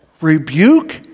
rebuke